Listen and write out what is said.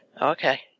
Okay